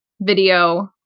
video